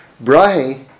Brahe